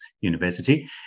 University